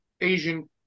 Asian